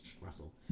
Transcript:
russell